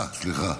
העבודה, סליחה.